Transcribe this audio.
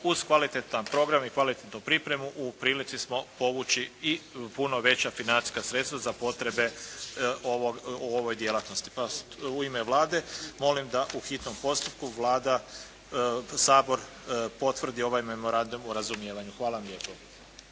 uz kvalitetan program i kvalitetnu pripremu u prilici smo povući i puno veća financijska sredstva za potrebe u ovoj djelatnosti. Pa u ime Vlade molim da u hitnom postupku Vlada, Sabor potvrdi ovaj Memorandum o razumijevanju. Hvala vam lijepo.